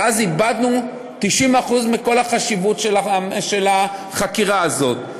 ואז איבדנו 90% מכל החשיבות של החקירה הזאת.